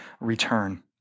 return